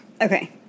Okay